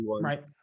Right